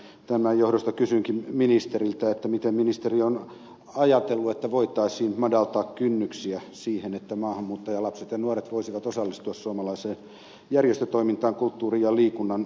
tämän johdosta kysynkin ministeriltä miten ministeri ajatellut että voitaisiin madaltaa kynnyksiä siihen että maahanmuuttajalapset ja nuoret voisivat osallistua suomalaiseen järjestötoimintaan kulttuurin ja liikunnan alalla